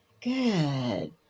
Good